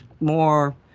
more